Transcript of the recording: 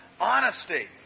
Honesty